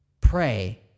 pray